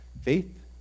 faith